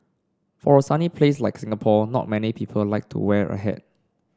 for a sunny place like Singapore not many people like to wear a hat